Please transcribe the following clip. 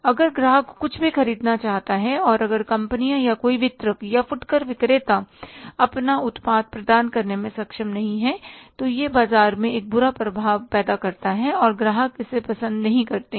अगर ग्राहक कुछ भी खरीदना चाहता है और अगर कंपनियां या कोई वितरक या फुटकर विक्रेता अपना उत्पाद प्रदान करने में सक्षम नहीं है तो यह बाजार में एक बुरा प्रभाव पैदा करता है और ग्राहक इसे पसंद नहीं करते हैं